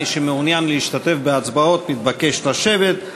מי שמעוניין להשתתף בהצבעות מתבקש לשבת.